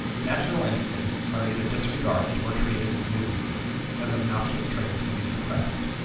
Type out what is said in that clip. natural instincts are either disregarded or treated as nuisances as obnoxious traits to be suppressed,